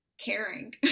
caring